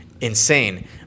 insane